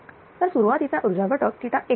तर सुरुवातीचा ऊर्जा घटक 1 होता